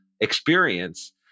experience